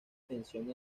tensión